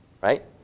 right